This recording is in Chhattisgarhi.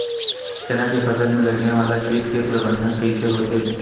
चना के फसल में लगने वाला कीट के प्रबंधन कइसे होथे?